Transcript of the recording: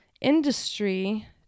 industry